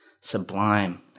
sublime